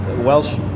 Welsh